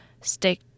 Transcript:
stick